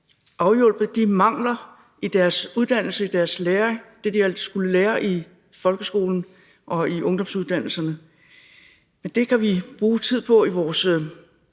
afhjulpet de mangler i deres uddannelse, altså det, de har skullet lære i folkeskolen og i ungdomsuddannelserne? Men det kan vi bruge tid på i vores